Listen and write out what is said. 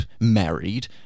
married